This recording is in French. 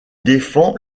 défend